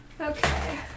okay